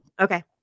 Okay